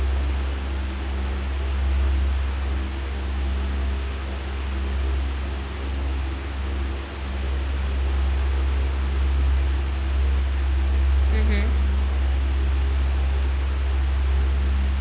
mmhmm